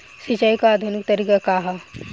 सिंचाई क आधुनिक तरीका का ह?